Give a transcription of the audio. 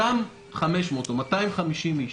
אותם 500 או 250 איש,